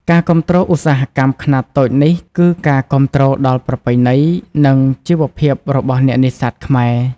ការគាំទ្រ ឧស្សាហកម្មខ្នាតតូចនេះ គឺការគាំទ្រដល់ប្រពៃណី និងជីវភាពរបស់អ្នកនេសាទខ្មែរ។